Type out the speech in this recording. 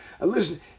listen